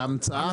זאת המצאה,